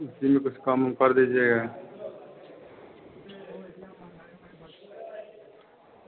उसी में कुछ कम ओम कर दीजिएगा